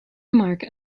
mark